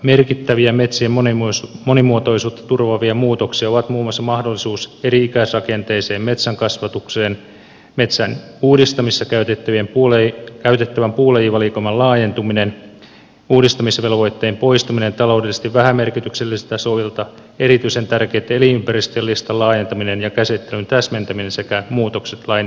merkittäviä metsien monimuotoisuutta turvaavia muutoksia ovat muun muassa mahdollisuus eri ikäisrakenteisen metsän kasvatukseen metsän uudistamisessa käytettävän puulajivalikoiman laajentuminen uudistamisvelvoitteen poistaminen taloudellisesti vähämerkityksellisiltä soilta erityisen tärkeitten elinympäristöjen listan laajentaminen ja käsittelyn täsmentäminen sekä muutokset lain soveltamisalassa